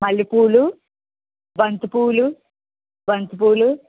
మల్లె పూలు బంతి పూలు బంతి పూలు